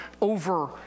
over